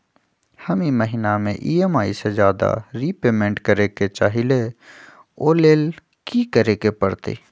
हम ई महिना में ई.एम.आई से ज्यादा रीपेमेंट करे के चाहईले ओ लेल की करे के परतई?